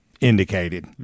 indicated